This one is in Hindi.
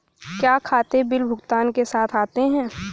क्या खाते बिल भुगतान के साथ आते हैं?